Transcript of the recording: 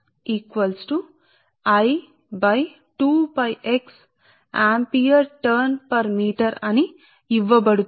కాబట్టి p మరియు q బిందువుల మధ్య అవే ఫ్లక్స్ రేఖలు కేంద్రీకృత మై ఉంటాయి కాబట్టి x క్షేత్ర తీవ్రత కాబట్టి మేము కండక్టర్కు కొంత దూరం x బాహ్యం గా తీసుకున్నాము అయితే ఈ x కండక్టర్కు బాహ్యం గా ఉంటుంది